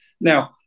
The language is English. Now